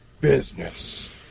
business